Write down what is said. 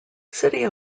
city